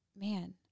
man